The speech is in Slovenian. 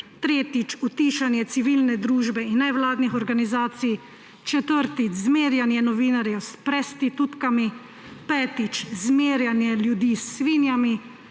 Tretjič, utišanje civilne družbe in nevladnih organizacij. Četrtič, zmerjanje novinarjev s prestitutkami. Petič, zmerjanje ljudi s svinjami.